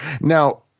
Now